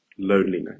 loneliness